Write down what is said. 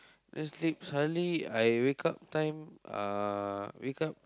then sleep suddenly I wake up time uh wake up